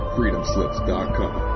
FreedomSlips.com